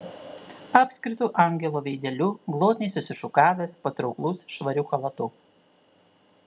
apskritu angelo veideliu glotniai susišukavęs patrauklus švariu chalatu